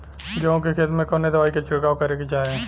गेहूँ के खेत मे कवने दवाई क छिड़काव करे के चाही?